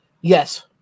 Yes